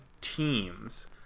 teams